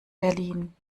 berlin